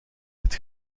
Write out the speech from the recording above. het